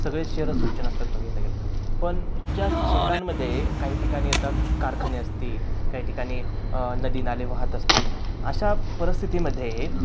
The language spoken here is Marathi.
सगळे शहरं स्वच्छ नसतात बघितलं गेलं तर पण त्या शहरांमध्ये काही ठिकाणी आता कारखाने असतील काही ठिकाणी नदी नाले वाहत असतील अशा परिस्थितीमध्ये